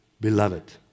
beloved